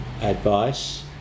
advice